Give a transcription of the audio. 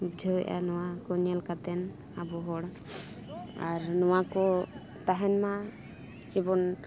ᱵᱩᱡᱷᱟᱹᱣ ᱮᱜᱼᱟ ᱱᱚᱣᱟ ᱠᱚ ᱧᱮᱞ ᱠᱟᱛᱮᱫ ᱟᱵᱚ ᱦᱚᱲ ᱟᱨ ᱱᱚᱣᱟ ᱠᱚ ᱛᱟᱦᱮᱱ ᱢᱟ ᱡᱮᱢᱚᱱ